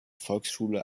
volksschule